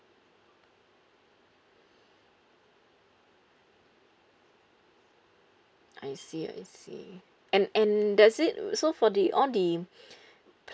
I see I see and and does it so for the on the